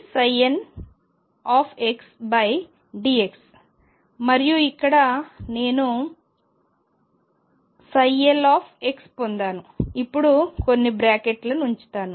కాబట్టి lxidnxdx మరియు ఇక్కడ నేను l పొందాను ఇప్పుడు కొన్ని బ్రాకెట్లను ఉంచుతాను